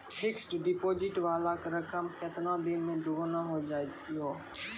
Fixed deposit वाला रकम केतना दिन मे दुगूना हो जाएत यो?